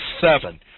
seven